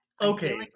Okay